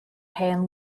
hen